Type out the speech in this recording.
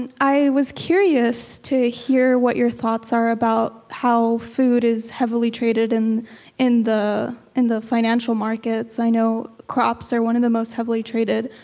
and i was curious to hear what your thoughts are about how food is heavily treated and in the in the financial markets. i know crops are one of the most heavily traded